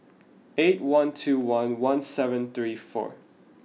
eight one two one one seven three four